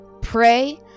pray